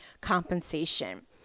compensation